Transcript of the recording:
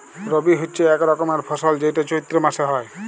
রবি হচ্যে এক রকমের ফসল যেইটা চৈত্র মাসে হ্যয়